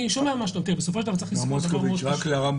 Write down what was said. צריך לזכור דבר אחד,